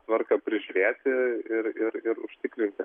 tvarką prižiūrėti ir ir ir užtikrinti